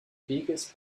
biggest